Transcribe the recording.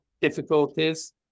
difficulties